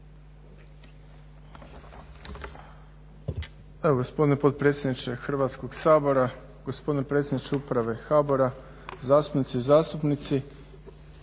gospodine potpredsjedniče Hrvatskog sabora, gospodine predsjedniče uprave i kolegice i kolege.